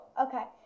Okay